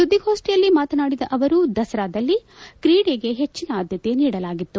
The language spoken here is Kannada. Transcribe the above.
ಸುದ್ದಿಗೋಷ್ಠಿಯಲ್ಲಿ ಮಾತನಾಡಿದ ಅವರುದಸರಾದಲ್ಲಿ ಕ್ರೀಡೆಗೆ ಹೆಚ್ಚಿನ ಆದ್ದತೆ ನೀಡಲಾಗಿತ್ತು